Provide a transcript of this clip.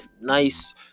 Nice